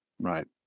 right